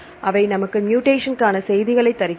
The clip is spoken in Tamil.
அவை நமக்கு மூடேஷன் காண செய்திகளை தருகிறது